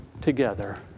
together